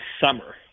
summer